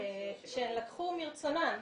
שהן לקחו מרצונן.